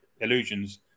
illusions